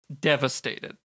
devastated